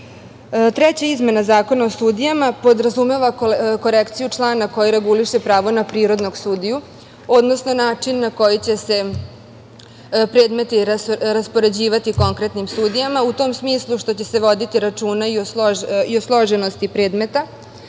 izmena Zakona o sudijama podrazumeva korekciju člana koji reguliše pravo na prirodnog sudiju, odnosno način na koji će se predmeti raspoređivati konkretnim sudijama, u tom smislu što će se voditi računa i o složenosti predmeta.